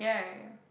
yeah yeah yeah